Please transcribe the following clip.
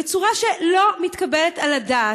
בצורה שלא מתקבלת על הדעת,